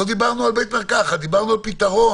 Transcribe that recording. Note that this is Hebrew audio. לא דיברנו על בית מרקחת, דיברנו על פתרון.